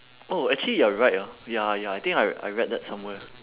oh actually you're right ah ya ya I think I I read that somewhere